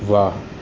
વાહ